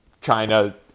China